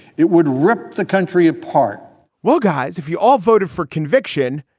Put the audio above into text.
it would rip the country apart well, guys, if you all voted for conviction,